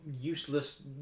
useless